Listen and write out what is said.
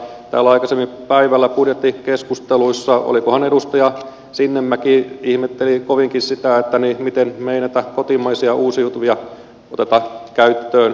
täällä aikaisemmin päivällä budjettikeskusteluissa olikohan edustaja sinnemäki joka ihmetteli kovinkin sitä miten me emme näitä kotimaisia uusiutuvia ota käyttöön